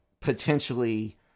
potentially